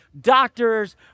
doctors